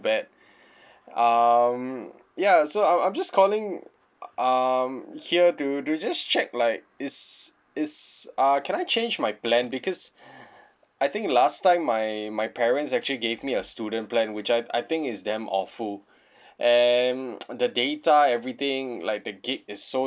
bad um ya so I'm I'm just calling um here to to just check like is is err can I change my plan because I think last time my my parents actually gave me a student plan which I I think is damn awful and the data everything like the gig is so